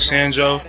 Sanjo